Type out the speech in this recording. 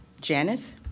Janice